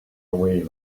away